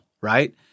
right